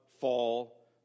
fall